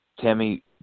Tammy